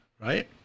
right